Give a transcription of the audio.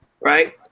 right